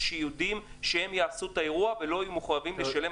שיידעו שהם יעשו את האירוע ושהם לא יהיו מחויבים לשלם